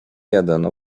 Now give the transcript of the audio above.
jeden